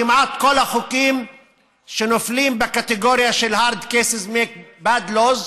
כמעט כל החוקים שנופלים בקטגוריה של hard cases make bad laws,